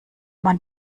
man